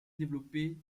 développée